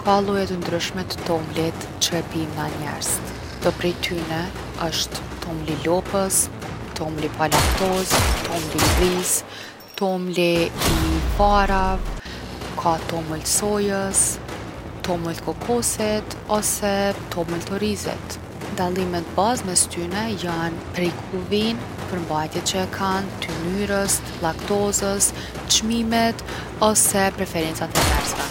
Ka lloje t’ndryshme t’tomlit qe e pijm na njerzt. Do prej tyne osht tomli i lopës, tomli pa laktozë, tomli i dhisë, tomli i farave, ka tomël t’sojës, tomël t’kokosit ose tomël t’orizit. Dallimet bazë mes tyne jon prej ku vijnë, përmbajtjet që e kanë, t’ynyrës, t’laktozes, çmimit ose preferencat e njerzve.